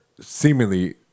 seemingly